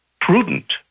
prudent